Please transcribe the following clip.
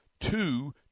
two